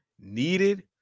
needed